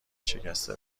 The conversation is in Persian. شکسته